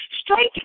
straight